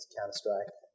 Counter-Strike